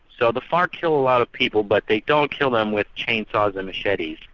so the farc kill a lot of people but they don't kill them with chainsaws and machetes,